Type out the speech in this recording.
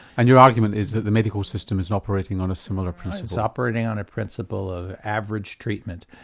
and your argument is that the medical system is operating on a similar principle? it's operating on a principle of average treatment.